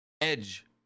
Edge